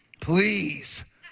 Please